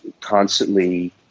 constantly